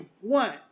One